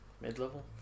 Mid-level